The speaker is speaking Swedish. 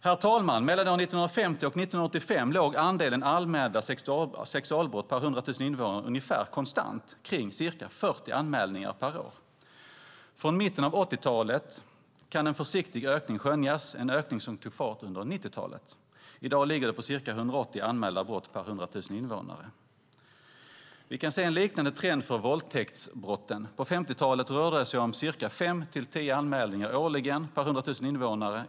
Herr talman! Mellan 1950 och 1985 låg andelen anmälda sexualbrott per 100 000 invånare ungefär konstant kring ca 40 anmälningar per år. Från mitten av 80-talet kunde en försiktig ökning skönjas. Det var en ökning som tog fart under 90-talet. I dag är det ca 180 anmälda brott per 100 000 invånare och år. Vi kan se en liknande trend för våldtäktsbrotten. På 50-talet rörde det sig om ca 5-10 anmälningar årligen per 100 000 invånare.